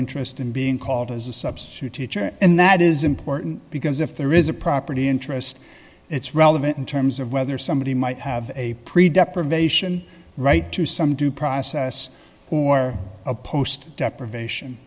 interest in being called as a substitute teacher and that is important because if there is a property interest it's relevant in terms of whether somebody might have a pre deprivation right to some due process or a post deprivation